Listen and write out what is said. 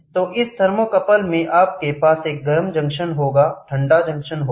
तो इस थर्मोकपल में आपके पास एक गर्म जंक्शन होगा ठंडा जंक्शन होगा